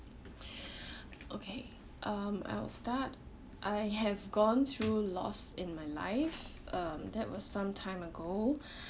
okay um I'll start I have gone through loss in my life um that was some time ago